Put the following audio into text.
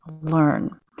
learn